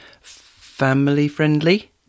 family-friendly